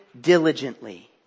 diligently